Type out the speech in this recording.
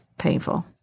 painful